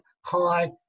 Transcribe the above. high